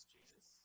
Jesus